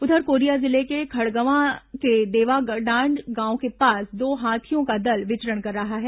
उधर कोरिया जिले के खड़गवां के देवाडांड गांव के पास दो हाथियों का दल विचरण कर रहा है